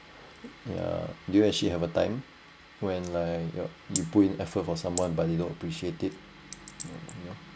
yeah do you actually have a time when like ya you put in effort for someone but you don't appreciate it you know